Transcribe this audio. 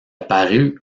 paru